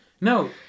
No